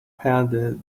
pondered